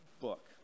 book